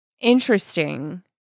interesting